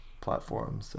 platform